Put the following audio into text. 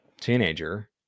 teenager